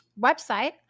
website